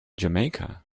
jamaica